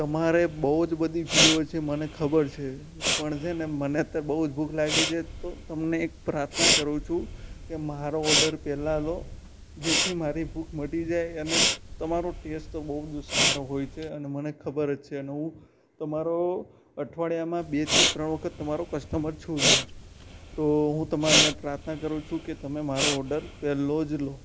તમારે બહુ જ બધી ભીડ હોય છે મને ખબર છે પણ છે ને મને તે બહુ ભૂખ લાગી છે તો તમને એક પ્રાર્થના કરું છું કે મારો ઓર્ડર પહેલા લો જેથી મારી ભૂખ મટી જાય અને તમારો ટેસ્ટ તો બહુ જ સારો હોય છે અને મને ખબર જ છે અને હું તમારો અઠવાડિયામાં બેથી ત્રણ વખત તમારો કસ્ટમર છું જ હું તો હું તમને પ્રાર્થના કરું છું કે તમે મારો ઓડર પહેલો જ લો